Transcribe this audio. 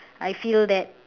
I feel that